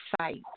sites